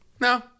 No